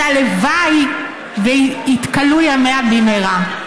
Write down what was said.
והלוואי ויתכלו ימיה במהרה.